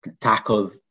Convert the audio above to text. tackle